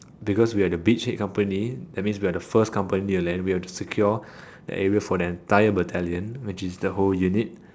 because we are the beach head company that means we are the first company to land we have to secure the area for the entire battalion which is the whole unit